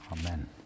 Amen